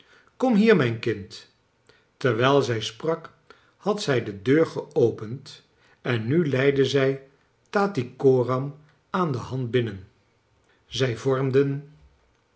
kom hier mijn kind terwijl zij sprak had zij de deur geopend en nu leidde zij tattycoram aan de hand binnen zij vormden